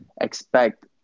expect